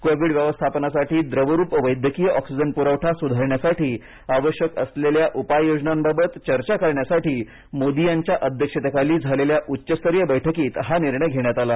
Covid व्यवस्थापनासाठी द्रवरूप वैद्यकीय ऑक्सिजन पुरवठा सुधारण्यासाठी आवश्यक असलेल्या उपाययोजनांबाबत चर्चा करण्यासाठी मोदी यांच्या अध्यक्षतेखाली झालेल्या उच्चस्तरीय बैठकीत हा निर्णय घेण्यात आला